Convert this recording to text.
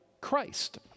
Christ